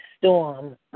storm